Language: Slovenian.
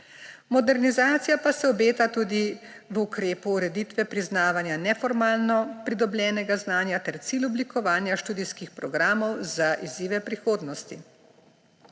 Modernizacija pa se obeta tudi v ukrepu ureditve priznavanja neformalno pridobljenega znanja ter cilj oblikovanja študijskih programov za izzive prihodnosti.